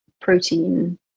protein